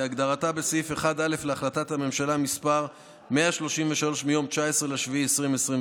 כהגדרתה בסעיף 1.א. להחלטת הממשלה מס' 133 מיום 19 ביולי 2021,